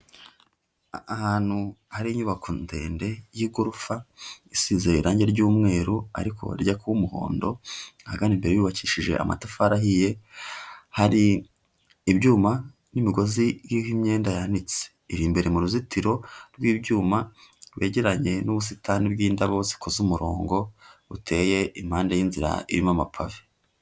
Ahantu hari inyubako ndende y'igorofa isize irangi ry'umweru ariko rijya kuba umuhondo, ahagana imbere yubakishije amatafari ahiye, hari ibyuma n'imigozi iriho imyenda yanitse, iri imbere mu ruzitiro rw'ibyuma rwegeranye n'ubusitani bw'indabo zikoze umurongo uteye impande y'inzira irimo amapave.